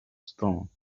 stones